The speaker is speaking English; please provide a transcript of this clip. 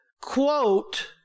quote